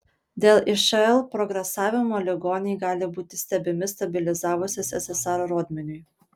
dėl išl progresavimo ligoniai gali būti stebimi stabilizavusis ssr rodmeniui